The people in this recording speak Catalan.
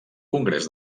congrés